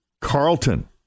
Carlton